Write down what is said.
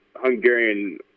Hungarian